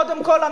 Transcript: קודם כול,